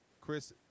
Chris